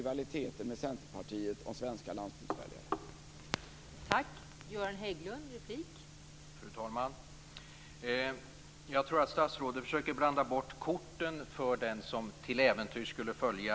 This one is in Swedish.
Det borde inte bara handla om rivaliteten med